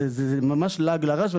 זה ממש לעג לרש.